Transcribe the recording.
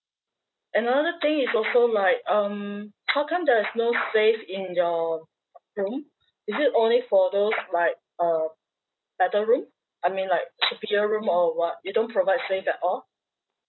and another thing is also like um how come there's no safe in your room is it only for those like um better room I mean like superior room or what you don't provide safe at all